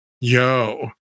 yo